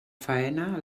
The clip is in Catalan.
faena